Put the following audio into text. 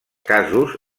casos